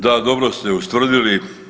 Da, dobro ste ustvrdili.